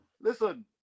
listen